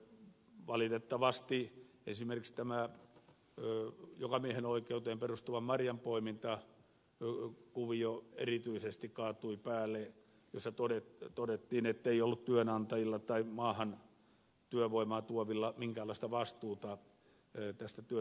valitettavasti erityisesti kaatui päälle esimerkiksi tämä jokamiehenoikeuteen perustuvan marjanpoiminta luo kuvio erityisesti perustuva marjanpoimintakuvio jossa todettiin ettei maahan työvoimaa tuovilla työnantajilla ollut minkäänlaista vastuuta työntekijäkunnasta